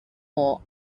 more